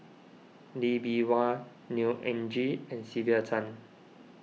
Lee Bee Wah Neo Anngee and Sylvia Tan